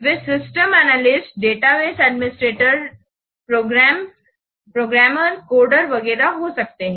वे system analyst database administrator programmer coder वगैरह हो सकते हैं